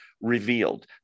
revealed